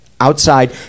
outside